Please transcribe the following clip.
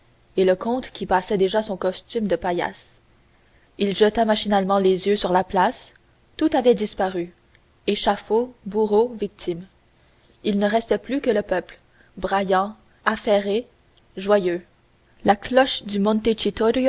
et le comte qui passait déjà son costume de paillasse il jeta machinalement les yeux sur la place tout avait disparu échafaud bourreaux victimes il ne restait plus que le peuple bruyant affairé joyeux la cloche du